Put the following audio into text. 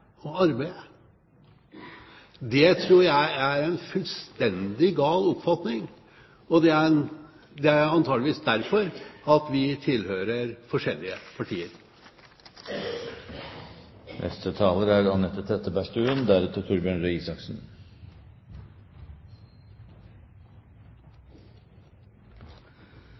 Det tror jeg er en fullstendig gal oppfatning. Det er antakeligvis derfor vi tilhører forskjellige partier. Jeg registrerer at